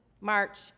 March